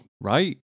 Right